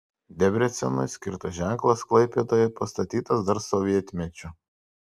debrecenui skirtas ženklas klaipėdoje pastatytas dar sovietmečiu